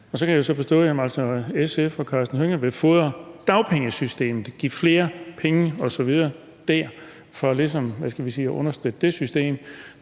Og så kan jeg så forstå, at SF og Karsten Hønge vil fodre dagpengesystemet og give flere penge osv. dér for ligesom at understøtte det system.